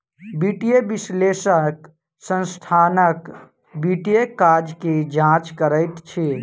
वित्तीय विश्लेषक संस्थानक वित्तीय काज के जांच करैत अछि